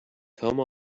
come